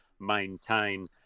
maintain